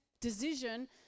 decision